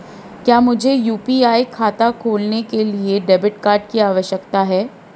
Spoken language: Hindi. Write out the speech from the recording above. क्या मुझे यू.पी.आई खाता खोलने के लिए डेबिट कार्ड की आवश्यकता है?